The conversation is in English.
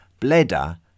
Bleda